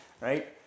right